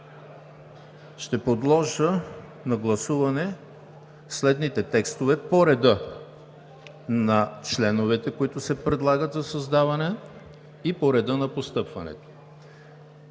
Ще подложа на гласуване следните текстове по реда на членовете, които се предлагат за създаване, и по реда на постъпването.